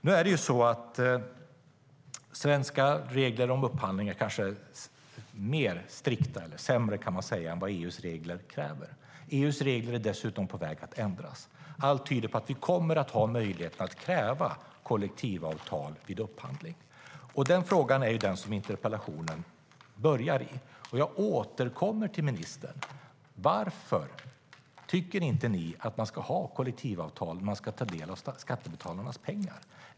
Nu är svenska regler om upphandlingar kanske mer strikta - eller sämre, kan man säga - än kraven i EU:s regler. EU:s regler är dessutom på väg att ändras. Allt tyder på att vi kommer att ha möjlighet att kräva kollektivavtal vid upphandling. Det är den frågan som interpellationen tar sin utgångspunkt i. Och jag återkommer till ministern med frågan: Varför tycker inte ni att man ska ha kollektivavtal när man ska ta del av skattebetalarnas pengar?